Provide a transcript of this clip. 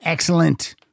Excellent